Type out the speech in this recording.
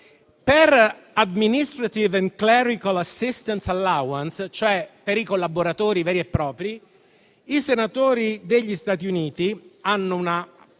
Per *Administrative and Clerical Assistance Allowance*, cioè per i collaboratori veri e propri, i senatori degli Stati Uniti hanno una